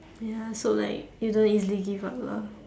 ya so like you don't easily give up lah